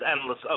endless